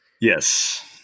Yes